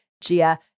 Gia